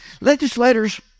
Legislators